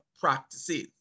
practices